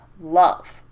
love